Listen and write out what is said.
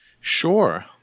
Sure